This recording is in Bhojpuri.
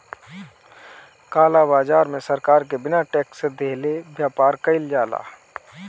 काला बाजार में सरकार के बिना टेक्स देहले व्यापार कईल जाला